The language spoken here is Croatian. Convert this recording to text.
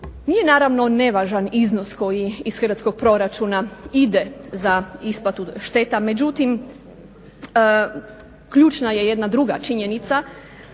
Nije naravno nevažan iznos koji iz hrvatskog proračuna ide za isplatu šteta. Međutim, ključna je jedna druga činjenica